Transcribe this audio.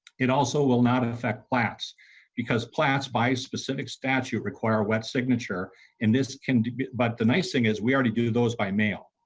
it also will not affect class because plas by specific statute require west signature in this conduct it but the nice thing is we already do those i mean. um